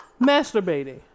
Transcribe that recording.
masturbating